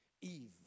Eve